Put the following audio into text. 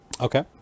Okay